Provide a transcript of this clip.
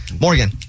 Morgan